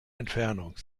entfernung